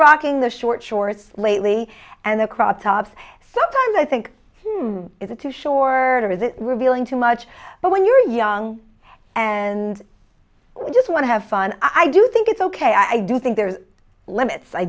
rocking the short shorts lately and the crop tops sometimes i think is it to shore or is it revealing too much but when you're young and we just want to have fun i do think it's ok i do think there's limits i